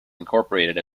incorporated